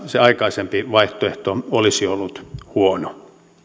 se aikaisempi vaihtoehto olisi ollut huono